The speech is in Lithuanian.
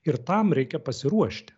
ir tam reikia pasiruošti